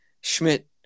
Schmidt